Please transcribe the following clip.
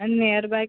near by